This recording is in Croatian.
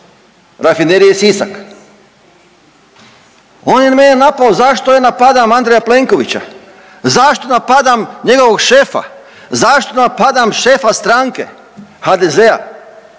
Rafinerije Sisak?“ On je mene napao zašto ja napadam Andreja Plenkovića, zašto napadam njegovog šefa, zašto napadam šefa stranke HDZ-a.